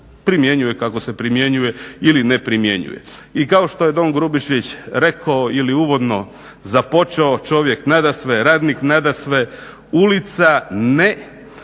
primjenjuje kako se primjenjuje ili ne primjenjuje. I kao što je don Grubišić rekao ili uvodno započeo, čovjek nadasve, radnik nadasve, ulica ne,